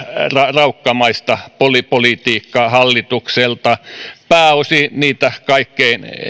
raukkamaista politiikkaa hallitukselta pääosin niitä kaikkein